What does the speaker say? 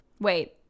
Wait